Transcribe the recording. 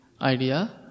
idea